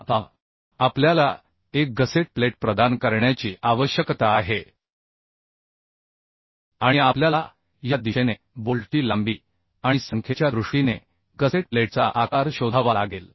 आता आपल्याला एक गसेट प्लेट प्रदान करण्याची आवश्यकता आहे आणि आपल्याला या दिशेने बोल्टची लांबी आणि संख्येच्या दृष्टीने गसेट प्लेटचा आकार शोधावा लागेल